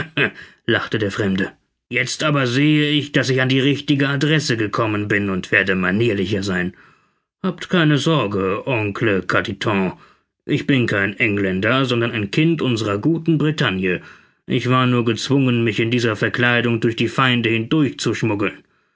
lachte der fremde jetzt aber sehe ich daß ich an die richtige adresse gekommen bin und werde manierlicher sein habt keine sorge oncle carditon ich bin kein engländer sondern ein kind unserer guten bretagne ich war nur gezwungen mich in dieser verkleidung durch die feinde